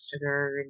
sugar